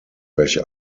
welche